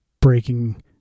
breaking